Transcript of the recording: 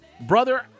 Brother